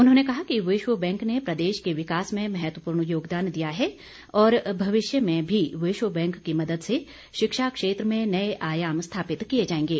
उन्होंने कहा कि विश्व बैंक ने प्रदेश के विकास में महत्वपूर्ण योगदान दिया है और भविष्य में भी विश्व बैंक की मदद से शिक्षा क्षेत्र में नए आयाम स्थापित किए जाएंगे